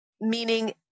meaning